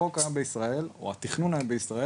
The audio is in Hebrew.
החוק היום בישראל או התכנון היום בישראל